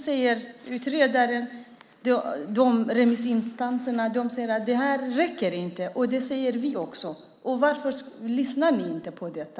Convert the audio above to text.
Utredaren och remissinstanserna säger att detta inte räcker. Det säger vi också. Varför lyssnar ni inte på detta?